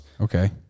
Okay